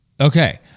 Okay